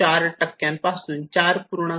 4 पासून 4